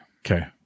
Okay